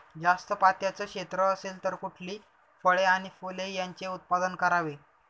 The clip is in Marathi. जास्त पात्याचं क्षेत्र असेल तर कुठली फळे आणि फूले यांचे उत्पादन करावे?